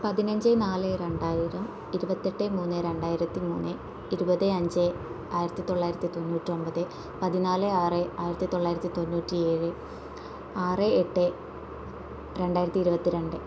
പതിനഞ്ച് നാല് രണ്ടായിരം ഇരുപത്തി എട്ട് മൂന്ന് രണ്ടായിരത്തി മൂന്ന് ഇരുപത് അഞ്ച് ആയിരത്തി തൊള്ളായിരത്തി തൊണ്ണൂറ്റി ഒമ്പത് പതിനാല് ആറ് ആയിരത്തി തൊള്ളായിരത്തി തൊണ്ണൂറ്റി ഏഴ് ആറ് എട്ട് രണ്ടായിരത്തി ഇരുപത്തി രണ്ട്